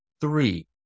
three